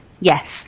yes